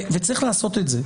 צריך לעשות את זה.